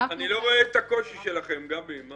אני לא רואה את הקושי שלכם, גבי.